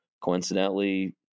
coincidentally